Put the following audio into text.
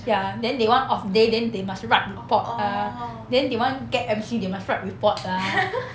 ya then they want off day then they must write report ah then they want get M_C they must write report ah